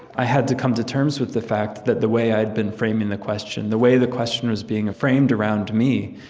i had to come to terms with the fact that the way i'd been framing the question, the way the question was being framed around me,